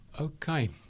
Okay